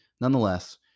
Nonetheless